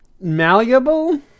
malleable